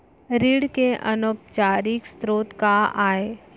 ऋण के अनौपचारिक स्रोत का आय?